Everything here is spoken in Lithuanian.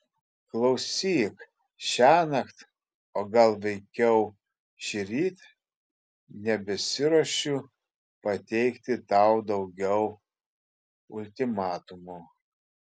klausyk šiąnakt o gal veikiau šįryt nebesiruošiu pateikti tau daugiau ultimatumų